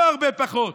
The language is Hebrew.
לא הרבה פחות.